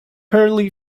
currently